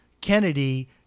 Kennedy